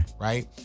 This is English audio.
Right